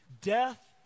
Death